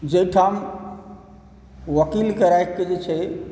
जाहिठाम वकीलके राखिकऽ जे छै